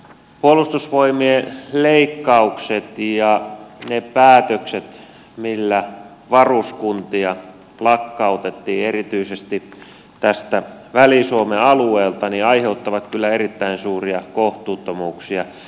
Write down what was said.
puolustusvoimien leikkaukset ja ne päätökset millä varuskuntia lakkautettiin erityisesti tästä väli suomen alueelta aiheuttavat kyllä erittäin suuria kohtuuttomuuksia